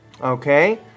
Okay